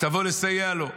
שתבוא לסייע לו.